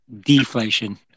deflation